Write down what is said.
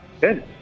Good